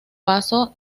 paso